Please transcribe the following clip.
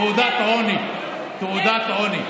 תעודת עניות, תעודת עניות.